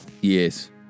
Yes